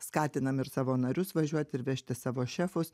skatinam ir savo narius važiuoti ir vežti savo šefus